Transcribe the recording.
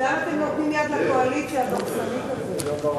אז למה אתם נותנים יד לקואליציה הדורסנית הזאת?